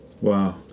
Wow